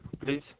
please